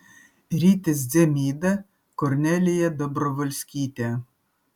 rytis dzemyda kornelija dobrovolskytė